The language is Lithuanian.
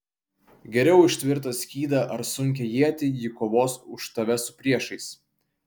geriau už tvirtą skydą ar sunkią ietį ji kovos už tave su priešais